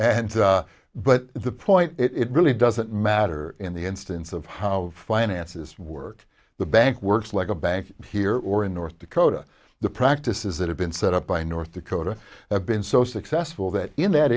and but the point it really doesn't matter in the instance of how finances work the bank works like a bank here or in north dakota the practices that have been set up by north dakota have been so successful that in that